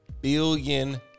billion